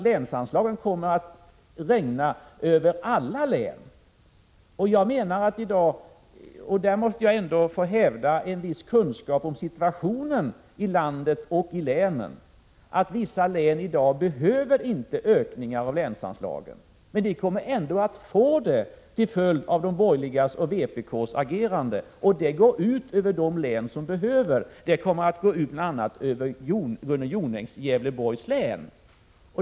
Länsanslagen kommer nämligen att regna över alla län. Jag har dock en viss kunskap om situationen i landet, och jag hävdar att vissa län inte behöver ökningar av länsanslagen. Men det kommer de att få till följd av de borgerligas och vpk:s agerande. Och det går ut över de län som behöver anslagen, bl.a. Gunnel Jonängs Gävleborgs län.